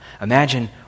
Imagine